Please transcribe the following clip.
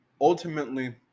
Ultimately